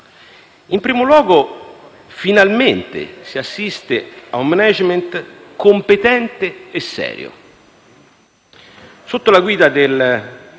In primo luogo, finalmente si assiste ad un *management* competente e serio.